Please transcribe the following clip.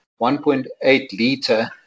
1.8-liter